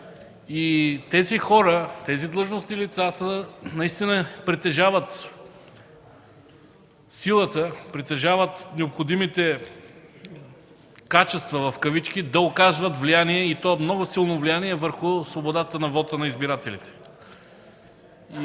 Тези хора, тези длъжностни лица наистина притежават силата, притежават необходимите „качества” да оказват влияние и то много силно влияние върху свободата на вота на избирателите.